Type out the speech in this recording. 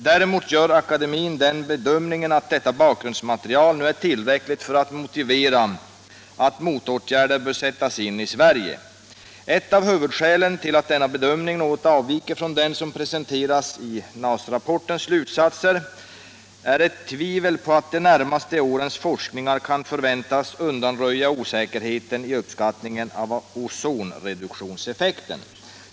Däremot gör akademien den bedömningen att detta bakgrundsmaterial nu är tillräckligt för att motivera att motåtgärden bör sättas in i Sverige. Ett av huvudskälen till att denna bedömning något avviker från den som presenteras i NAS-rapportens slutsatser är ett tvivel på att de närmaste årens forskningar kan förväntas undanröja osäkerheten i uppskattningen av ozonreduktionseffekten.